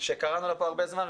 שקראנו לה פה הרבה זמן,